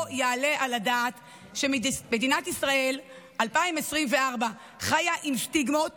לא יעלה על הדעת שמדינת ישראל 2024 חיה עם סטיגמות